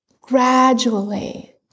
gradually